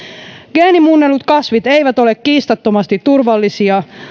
geenimuunnellut kasvit eivät ole kiistattomasti turvallisia